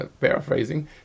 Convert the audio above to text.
paraphrasing